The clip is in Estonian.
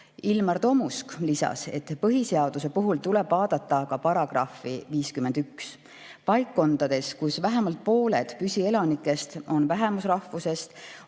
Ilmar Tomusk märkis, et põhiseaduse puhul tuleb vaadata ka § 51. Paikkondades, kus vähemalt pooled püsielanikest on vähemusrahvusest,